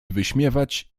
wyśmiewać